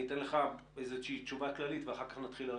אני אתן לך לומר תשובה כללית ואחר כך נרד לפרטים.